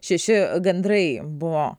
šeši gandrai buvo